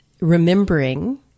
remembering